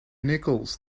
nicalls